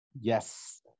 Yes